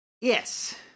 Yes